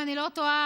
אם אני לא טועה,